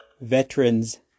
Veterans